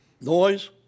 Noise